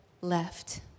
left